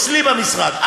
אצלי במשרד,